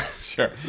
Sure